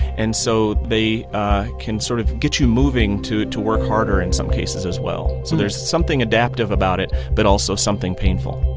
and so they can sort of get you moving to to work harder in some cases, as well. so there's something adaptive about it but also something painful